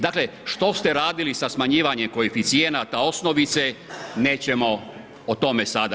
Dakle, što ste radili sa smanjivanjem koeficijenata osnovice, nećemo o tome sada.